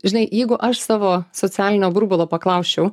žinai jeigu aš savo socialinio burbulo paklausčiau